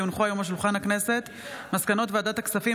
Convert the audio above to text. כי הונחו היום על שולחן הכנסת מסקנות ועדת הכספים